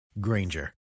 granger